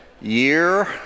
year